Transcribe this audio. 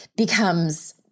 Becomes